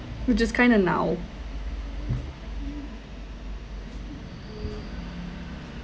which is kinda now